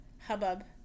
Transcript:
hubbub